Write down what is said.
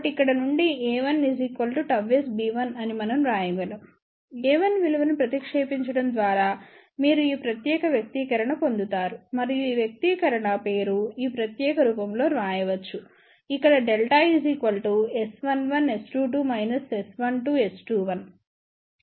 కాబట్టి ఇక్కడ నుండి a1 ΓS b1 అని మనం వ్రాయగలం a1 విలువని ప్రతిక్షేపించడం ద్వారా మీరు ఈ ప్రత్యేక వ్యక్తీకరణ పొందుతారు మరియు ఈ వ్యక్తీకరణ పేరు ఈ ప్రత్యేకమైన రూపంలో వ్రాయవచ్చు ఇక్కడ Δ S11S22 S12S21